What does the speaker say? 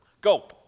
Go